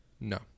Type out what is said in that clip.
No